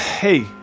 Hey